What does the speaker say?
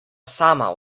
sama